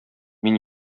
мин